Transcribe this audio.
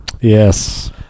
Yes